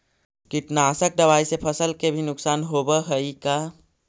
कीटनाशक दबाइ से फसल के भी नुकसान होब हई का?